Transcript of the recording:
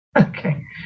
Okay